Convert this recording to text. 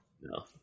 No